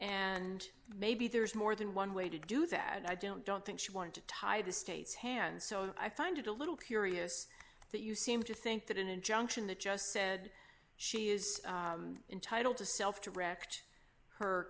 and maybe there's more than one way to do that and i don't don't think she wanted to tie the state's hands so i find it a little curious that you seem to think that an injunction that just said she is entitled to self correct her